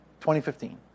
2015